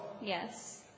Yes